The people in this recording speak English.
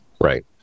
Right